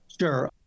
Sure